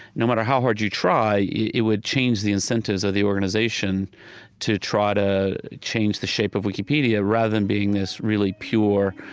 no matter how hard you try, it would change the incentives of the organization to try to change the shape of wikipedia rather than being this really pure,